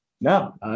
No